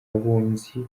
abunzi